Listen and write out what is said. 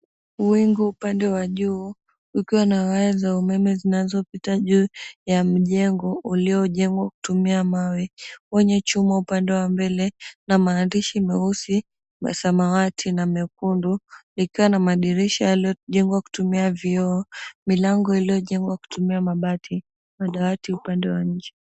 Wingu upande wa juu kukiwa na waya za umeme zinazopita juu ya mjengo uliojengwa kutumia mawe wenye chuma upande wa mbele na maandishi meusi ya samawati na mekundu ikiwa ana madirisha yaliojengwa kutumia vioo, milango iiliyojengwa kutumia mabati, madawati upande wa nje.